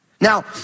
now